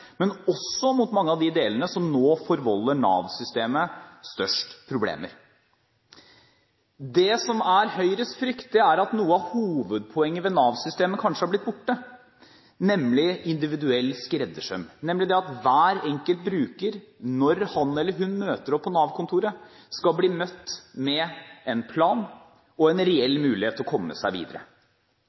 mot mange av de delene som nå forvolder Nav-systemet størst problemer. Det som er Høyres frykt, er at noe av hovedpoenget ved Nav-systemet kanskje har blitt borte, nemlig individuell skreddersøm – det at hver enkelt bruker, når han eller hun møter opp på Nav-kontoret, skal bli møtt med en plan og en reell mulighet til å komme seg videre.